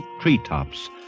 treetops